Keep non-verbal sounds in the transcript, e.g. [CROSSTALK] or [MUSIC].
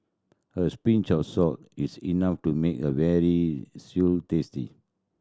a [UNINTELLIGIBLE] pinch of salt is enough to make a veal stew tasty